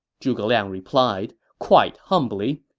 zhuge liang replied, quite humbly.